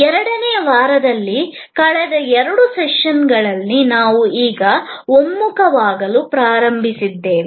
ಎರಡನೇ ವಾರದಲ್ಲಿ ಕಳೆದ ಎರಡು ಸೆಷನ್ಗಳಲ್ಲಿ ನಾವು ಈಗ ಒಮ್ಮುಖವಾಗಲು ಪ್ರಾರಂಭಿಸಿದ್ದೇವೆ